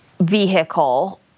vehicle